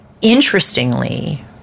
Interestingly